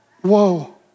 Whoa